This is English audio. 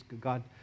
God